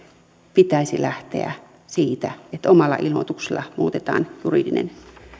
pitäisi lähteä siitä että omalla ilmoituksella muutetaan